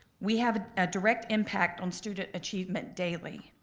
we have a direct impact on student achievement daily.